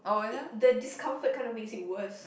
it the discomfort kind of makes it worse